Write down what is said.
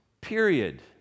period